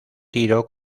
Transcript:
tiro